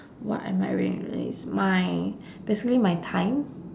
what am I willingly risk my basically my time